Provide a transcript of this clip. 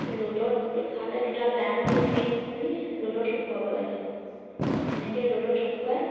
ৰ'দত দুফালে দুডাল ডাং দি ফিট কৰি ৰ'দত শুকুৱাব লাগে সেনেকে ৰ'দত শুকুৱাই